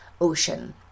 ocean